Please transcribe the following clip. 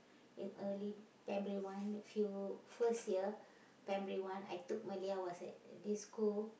in early primary one few first year primary one I took Malay I was at this school